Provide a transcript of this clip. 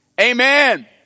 Amen